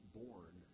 born